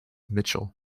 mitchell